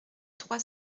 trois